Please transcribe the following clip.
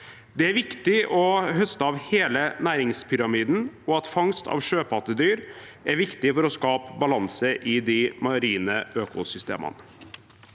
Det er viktig å høste av hele næringspyramiden, og fangst av sjøpattedyr er viktig for å skape balanse i de marine økosystemene.